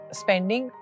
spending